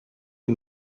you